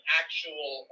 actual